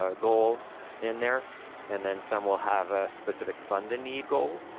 ah goal in there and then some will have a specific fund-a-need goal.